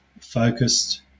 focused